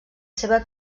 seva